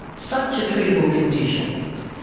such a treatable condition.